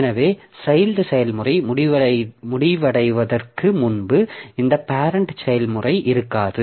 எனவே சைல்ட் செயல்முறை முடிவடைவதற்கு முன்பு இந்த பேரெண்ட் செயல்முறை இருக்காது